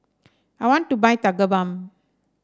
I want to buy Tigerbalm